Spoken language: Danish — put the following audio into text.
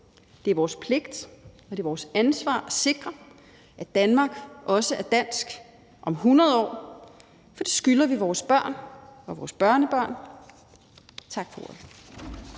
Det er vores pligt, og det er vores ansvar at sikre, at Danmark også er dansk om 100 år. For det skylder vi vores børn og vores børnebørn. Tak for ordet.